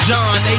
John